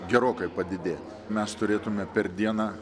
gerokai padidėt mes turėtume per dieną